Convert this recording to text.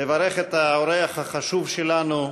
לברך את האורח החשוב שלנו,